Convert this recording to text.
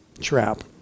trap